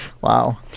Wow